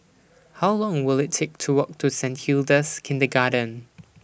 How Long Will IT Take to Walk to Saint Hilda's Kindergarten